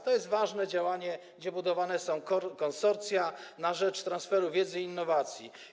To jest ważne działanie, w ramach którego budowane są konsorcja na rzecz transferu wiedzy i innowacji.